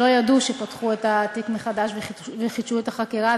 שלא ידעו שפתחו את התיק מחדש וחידשו את החקירה,